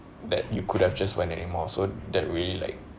that you could have just went anymore so that really like